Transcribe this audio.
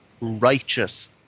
righteous